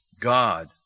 God